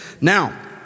Now